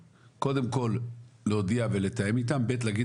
קודם כל להודיע ולתאם איתם בי"ת להגיד